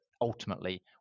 ultimately